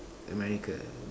America